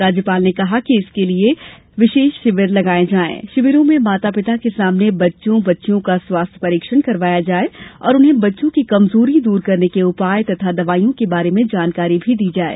राज्यपाल ने कहा कि इसके लिए विशेष शिविर लगाये जायें शिविरों में माता पिता के सामने बच्चों बच्चियों का स्वास्थ परिक्षण करवाया जाये और उन्हें बच्चों की कमजोरी दूर करने के उपाय तथा दवाओं के बारे में बताया जाये